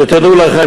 שתדעו לכם,